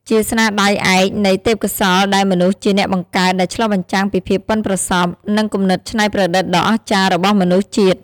ជាស្នាដៃឯកនៃ ទេពកោសល្យដែលមនុស្សជាអ្នកបង្កើត ដែលឆ្លុះបញ្ចាំងពីភាពប៉ិនប្រសប់ និងគំនិតច្នៃប្រឌិតដ៏អស្ចារ្យរបស់មនុស្សជាតិ។